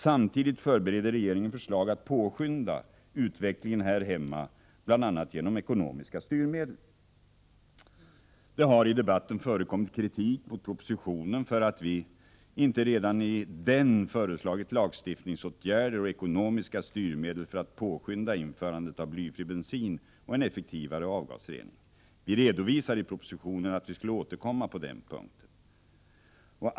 Samtidigt förbereder regeringen förslag att påskynda utvecklingen här hemma, bl.a. genom ekonomiska styrmedel. Det har i debatten förekommit kritik mot att vi inte redan i propositionen föreslagit lagstiftningsåtgärder och ekonomiska styrmedel för att påskynda införandet av blyfri bensin och en effektivare avgasrening. Vi redovisade i propositionen att vi skulle återkomma på den punkten.